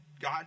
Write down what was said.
God